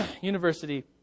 University